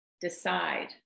decide